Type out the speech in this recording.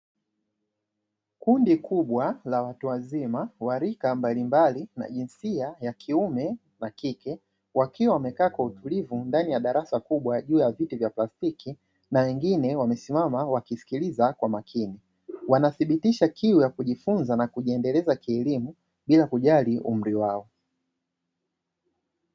Kundi kubwa la watu wazima wa rika mbalimbali na jinsia ya kiume na kike wakiwa wamekaa kwa utulivu ndani ya darasa kubwa juu ya viti vya plastiki na wengine wamesimama, wakisikiliza kwa makini. Wanathibitisha kiu ya kujifunza na kujiendeleza kielimu bila kujali umri wao.